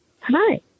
hi